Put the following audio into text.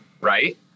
right